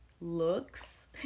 Looks